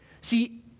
See